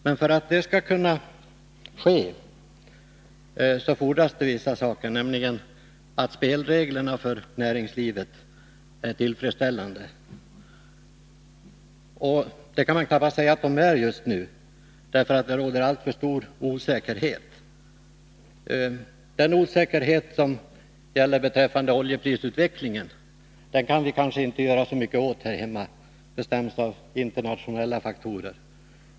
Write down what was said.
Men för att det skall kunna ske fordras det vissa saker, nämligen att spelreglerna för näringslivet är tillfredsställande. Det kan man knappast säga att de är just nu, därför att det råder alltför stor osäkerhet. Den osäkerhet som gäller beträffande oljeprisutvecklingen kan vi kanske inte göra så mycket åt här hemma. Den bestäms av internationella faktorer.